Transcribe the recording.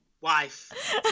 wife